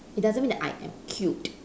it doesn't mean that I am cute